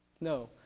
No